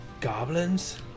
Goblins